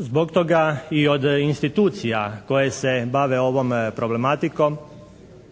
Zbog toga i od institucija koje se bave ovom problematikom